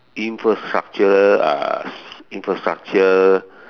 infrastructure uh infrastructure